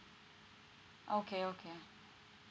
okay okay